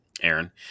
Aaron